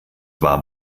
war